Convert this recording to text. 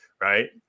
Right